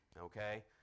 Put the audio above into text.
okay